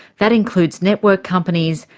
that includes network companies,